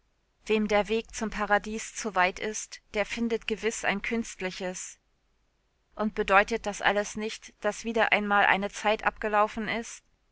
wem der weg zum paradies zu weit ist der findet gewiß ein künstliches und bedeutet das alles nicht daß wieder einmal eine zeit abgelaufen ist